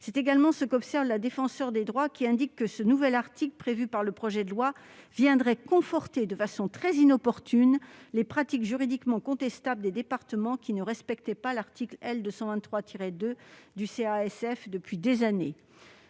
C'est également ce qu'observe la Défenseure des droits, qui indique que « ce nouvel article prévu par le projet de loi viendrait conforter de façon très inopportune les pratiques juridiquement contestables des départements qui ne respectaient pas l'article L. 223-2 du code de